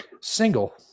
single